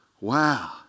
Wow